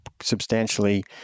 substantially